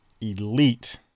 elite